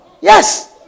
Yes